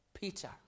Peter